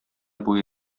буе